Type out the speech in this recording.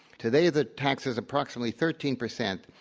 today the tax is approximately thirteen percent,